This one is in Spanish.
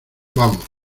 vamos